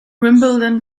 wimbledon